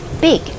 big